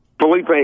Felipe